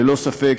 ללא ספק,